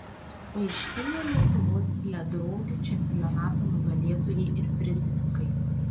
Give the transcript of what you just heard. paaiškėjo lietuvos ledrogių čempionato nugalėtojai ir prizininkai